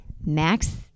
Max